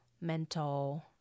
mental